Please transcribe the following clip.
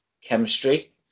chemistry